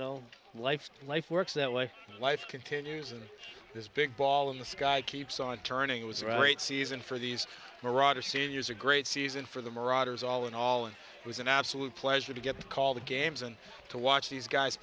know life life works that way life continues and this big ball in the sky keeps on turning it was a great season for these marauder seniors a great season for the marauders all in all and it was an absolute pleasure to get to call the games and to watch these guys